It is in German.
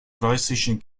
preußischen